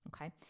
okay